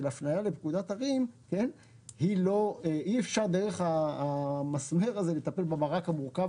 ההפניה לפקודת ערים - אי אפשר דרך המסמר לטפל במרק המורכב